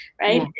right